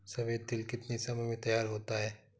सफेद तिल कितनी समय में तैयार होता जाता है?